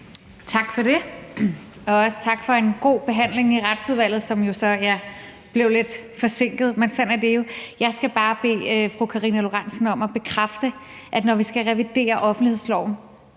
Tak for det. Også tak for en god behandling i Retsudvalget, som jo så blev lidt forsinket, men sådan er det jo. Jeg skal bare bede fru Karina Lorentzen Dehnhardt om at bekræfte, at når vi skal revidere offentlighedsloven,